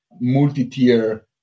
multi-tier